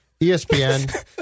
espn